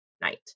night